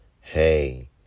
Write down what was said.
Hey